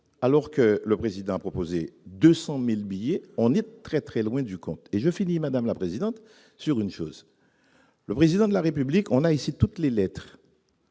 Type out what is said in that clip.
alors que le président proposé 200000 billets, on est très très loin du compte et je finis, madame la présidente, sur une chose : le président de la République, on a essayé toutes les lettres